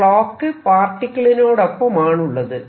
clock പാർട്ടിക്കിളിനോടൊപ്പമാണുള്ളത്